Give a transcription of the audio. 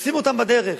ותופסים אותם בדרך.